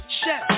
chef